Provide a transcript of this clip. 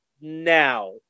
now